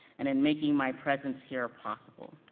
and in making my presence here possible.